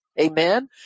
Amen